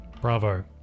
Bravo